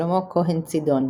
שלמה כהן-צידון